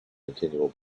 continual